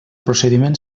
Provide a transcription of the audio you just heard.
procediment